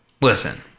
Listen